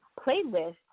playlist